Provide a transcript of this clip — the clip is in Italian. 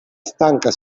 stanca